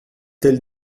tel